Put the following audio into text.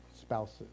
spouses